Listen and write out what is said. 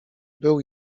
był